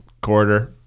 quarter